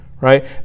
right